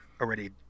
already